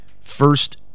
First